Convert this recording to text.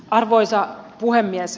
arvoisa puhemies